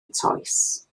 toes